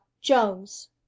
jones